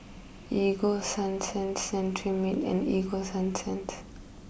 Ego Sunsense Cetrimide and Ego Sunsense